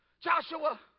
Joshua